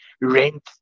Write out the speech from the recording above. rent